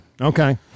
Okay